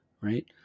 right